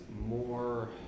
more